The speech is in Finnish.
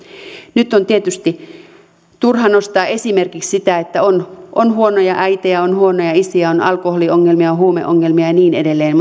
nyt on tietysti turha nostaa esimerkiksi sitä että on on huonoja äitejä on huonoja isejä on alkoholiongelmia on huumeongelmia ja niin edelleen